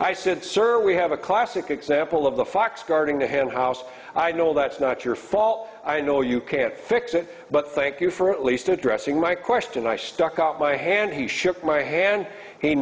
i said sir we have a classic example of the fox guarding the henhouse i know that's not your fault i know you can't fix it but thank you for at least addressing my question i stuck out my hand he shook my hand he